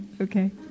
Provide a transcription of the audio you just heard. Okay